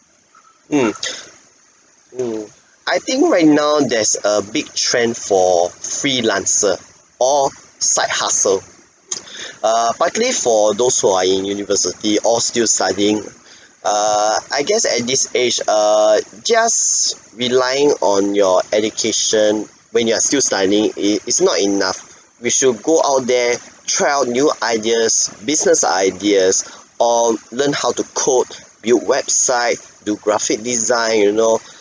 mm I think right now there's a big trend for freelancer or side hustle err partly for those who are in university or still studying err I guess at this age err just relying on your education when you are still studying i~ is not enough we should go out there try out new ideas business ideas or learn how to code build website do graphic design you know